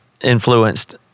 influenced